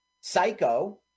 Psycho